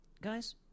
guys